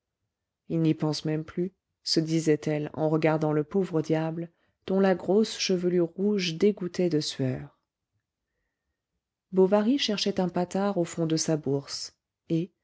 il n'y pense même plus se disait-elle en regardant le pauvre diable dont la grosse chevelure rouge dégouttait de sueur bovary cherchait un patard au fond de sa bourse et